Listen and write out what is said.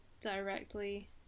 directly